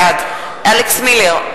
בעד אלכס מילר,